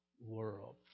world